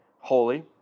holy